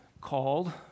called